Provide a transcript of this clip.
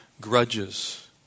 grudges